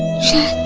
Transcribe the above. she